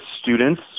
students